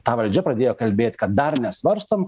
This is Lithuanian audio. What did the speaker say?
ta valdžia pradėjo kalbėt kad dar nesvarstom